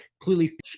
clearly